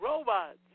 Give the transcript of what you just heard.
Robots